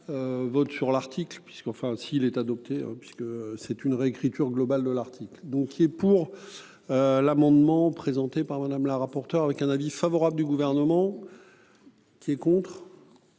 Vote sur l'article puisque enfin s'il est adopté. Parce que c'est une réécriture globale de l'article. Donc il est pour. L'amendement présenté par Madame la rapporteure avec un avis favorable du gouvernement. C'est contre.